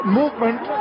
movement